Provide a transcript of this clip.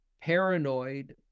paranoid